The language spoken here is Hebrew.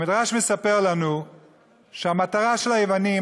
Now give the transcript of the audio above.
המדרש מספר לנו שהמטרה של היוונים,